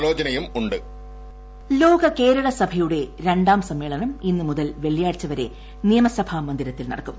ലോക കേരള സഭ ലോക കേരള സഭയുടെ രണ്ടാം സമ്മേളനം ഇന്ന് മുതൽ വെളളിയാഴ്ച വരെ നിയമസഭാ മന്ദിരത്തിൽ നടക്കും